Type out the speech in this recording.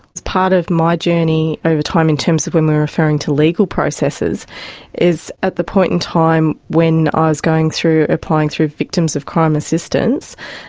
it's part of my journey over time in terms of women referring to legal processes is at the point in time when i ah was going through applying through victims of crime assistance,